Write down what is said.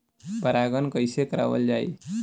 परागण कइसे करावल जाई?